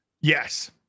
yes